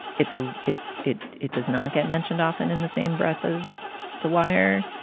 it's a it's it. it does not get mentioned often in the same breath as the wire,